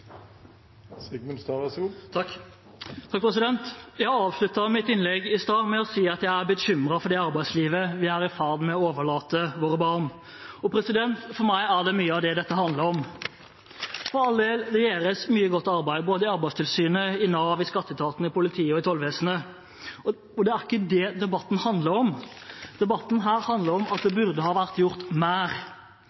for det arbeidslivet vi er i ferd med å overlate til våre barn. For meg handler mye av dette om det. For all del, det gjøres mye godt arbeid, både i Arbeidstilsynet, Nav, skatteetaten, politiet og tollvesenet, men det er ikke det debatten handler om. Debatten her handler om at det